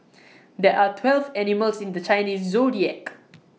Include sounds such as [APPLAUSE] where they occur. [NOISE] there are twelve animals in the Chinese Zodiac